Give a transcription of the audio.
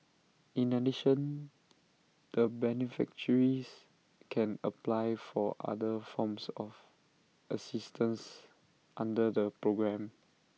in addition the beneficiaries can apply for other forms of assistance under the programme